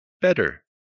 better